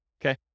okay